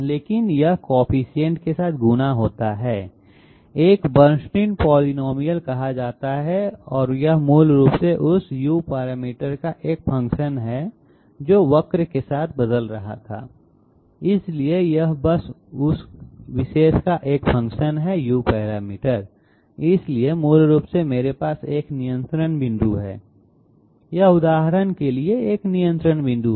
लेकिन यह कोफिशिएंट के साथ गुणा किया जाता है एक बर्नस्टीन पॉलिनॉमियल कहा जाता है और यह मूल रूप से उस u पैरामीटर का एक फ़ंक्शन है जो वक्र के साथ बदल रहा था इसलिए यह बस इस विशेषका एक फ़ंक्शन है u पैरामीटर इसलिए मूल रूप से मेरे पास एक नियंत्रण बिंदु है यह उदाहरण के लिए एक नियंत्रण बिंदु है